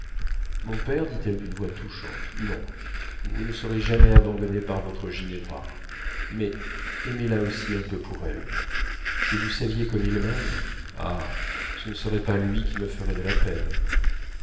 mon père dit-elle d'une voix touchante non vous ne serez jamais abandonné par votre ginevra mais aimez-la aussi un peu pour elle si vous saviez comme il m'aime ah ce ne serait pas lui qui me ferait de la peine